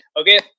Okay